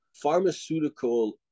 pharmaceutical